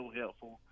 helpful